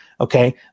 okay